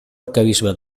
arquebisbe